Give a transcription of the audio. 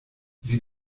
sie